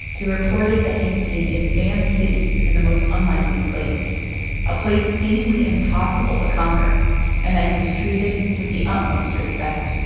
he reported that he'd seen advanced cities in the most unlikely place a place seemingly impossible to conquer and that he was treated with the utmost respect.